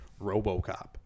RoboCop